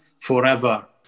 forever